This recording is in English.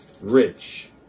rich